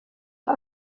aha